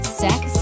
sex